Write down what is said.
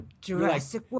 Jurassic